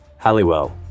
Halliwell